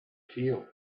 feel